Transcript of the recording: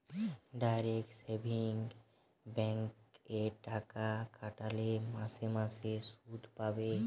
direct savings bank এ টাকা খাটালে মাসে মাসে শুধ পাবে